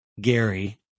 Gary